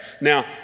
Now